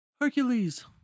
Hercules